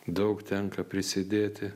daug tenka prisidėti